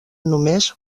només